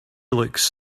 looks